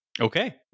Okay